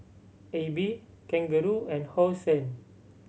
Aibi Kangaroo and Hosen